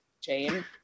Jane